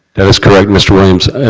that is correct, mr. williams.